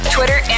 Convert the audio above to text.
Twitter